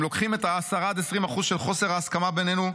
הם לוקחים 10% עד 20% של חוסר ההסכמה בינינו,